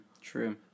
true